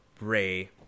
Ray